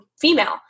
female